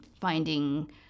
finding